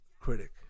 Critic